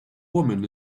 woman